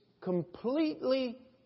completely